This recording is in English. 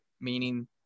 meaning